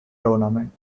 tournament